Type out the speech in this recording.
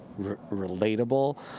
relatable